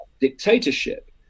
dictatorship